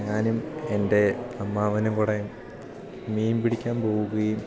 ഞാനും എൻ്റെ അമ്മാവനും കൂടെ മീൻ പിടിക്കാൻ പോവുകയും